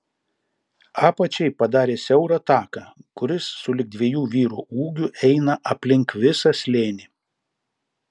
apačiai padarė siaurą taką kuris sulig dviejų vyrų ūgiu eina aplink visą slėnį